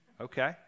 Okay